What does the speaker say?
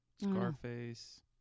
Scarface